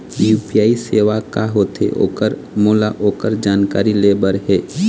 UPI सेवा का होथे ओकर मोला ओकर जानकारी ले बर हे?